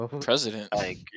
president